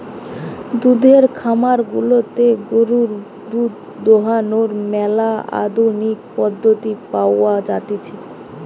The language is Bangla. দুধের খামার গুলাতে গরুর দুধ দোহানোর ম্যালা আধুনিক পদ্ধতি পাওয়া জাতিছে